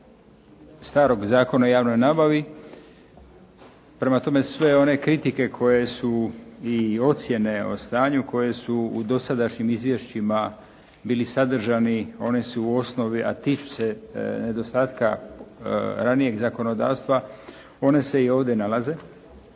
starog Zakona o javnoj nabavi, prema tome sve one kritike koje su i ocijene o stanju koje su u dosadašnjim izvješćima bili sadržani oni su u osnovi, a tiču se nedostatka ranijeg zakonodavstva, one se i ovdje nalaze,